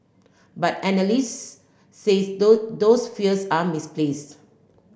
but analyst says those those fears are misplaced